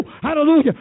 Hallelujah